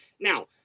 Now